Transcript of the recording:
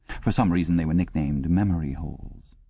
for some reason they were nicknamed memory holes.